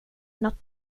något